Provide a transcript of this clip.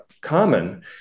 Common